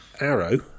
arrow